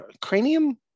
cranium